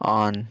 on